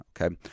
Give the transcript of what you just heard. Okay